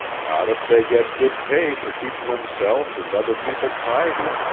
not if they get good pay for keeping themselves and other people tidy.